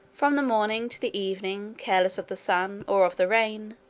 from the morning to the evening, careless of the sun, or of the rain,